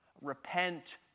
repent